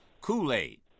Kool-Aid